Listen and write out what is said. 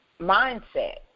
mindset